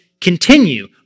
continue